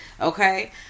okay